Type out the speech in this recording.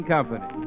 Company